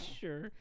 Sure